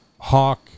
Hawk